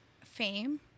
fame